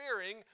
fearing